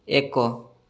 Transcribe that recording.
ଏକ